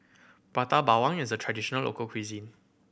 Prata Bawang is a traditional local cuisine